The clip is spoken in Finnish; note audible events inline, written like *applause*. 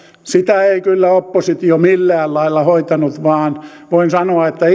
sitä ei kyllä oppositio millään lailla hoitanut vaan voin sanoa että *unintelligible*